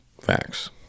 Facts